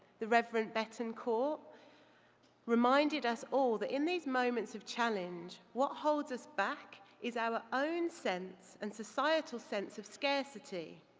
the reverend betancourt reminded us all that in these moments of challenge, what holds us back is our own sense and societal sense of scarcity.